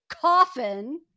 coffin